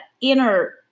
inner